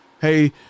Hey